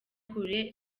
kure